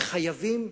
וחייבים,